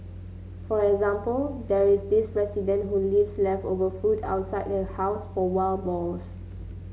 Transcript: for example there is this resident who leaves leftover food outside her house for wild boars